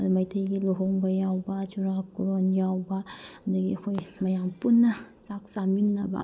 ꯃꯩꯇꯩꯒꯤ ꯂꯨꯍꯣꯡꯕ ꯌꯥꯎꯕ ꯆꯨꯔꯥꯀꯣꯔꯣꯟ ꯌꯥꯎꯕ ꯑꯗꯒꯤ ꯑꯩꯈꯣꯏ ꯃꯌꯥꯝ ꯄꯨꯟꯅ ꯆꯥꯛ ꯆꯥꯃꯤꯟꯅꯕ